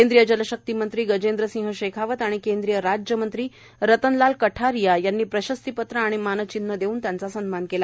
केंद्रीय जल शक्ती मंत्री गर्जेद्रसिंह शेखावत आणि केंद्रीय राज्यमंत्री रतनलाल कठारीया यांनी प्रशस्ती पत्र आणि मानचिन्ह देऊन सन्मान केला